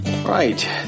right